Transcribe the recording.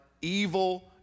evil